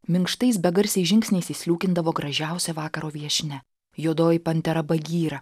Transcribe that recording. minkštais begarsiais žingsniais įsliūkindavo gražiausia vakaro viešnia juodoji pantera bagyra